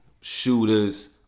shooters